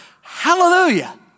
Hallelujah